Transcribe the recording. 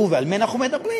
ועל מי אנחנו מדברים?